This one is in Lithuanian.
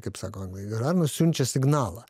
kaip sako anglai žarnos siunčia signalą